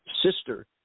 sister